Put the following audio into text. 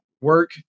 work